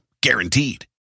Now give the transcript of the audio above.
Guaranteed